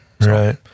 right